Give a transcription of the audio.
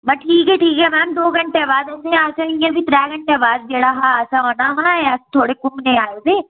ठीक ऐ ठीक ऐ मैंम दो घैंटे बाद असेंगी इ'यां बी त्रै घैंटे बाद जेह्ड़ा हा असें ओना हा इयां अस थोह्ड़ा घूमने आए दे